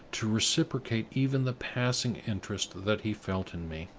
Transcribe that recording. to reciprocate even the passing interest that he felt in me.